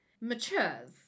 matures